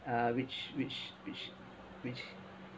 uh which which which which